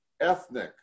ethnic